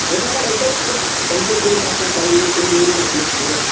एखाद्याला विचारूच ना संकेत येईल नाही तर साई येईल कोणी येईल आपल्या सोबत